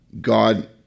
God